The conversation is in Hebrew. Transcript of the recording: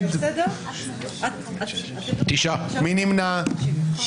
9 נמנעים,